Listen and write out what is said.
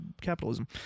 capitalism